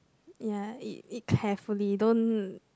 ya eat eat carefully don't